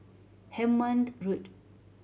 Hemmant Road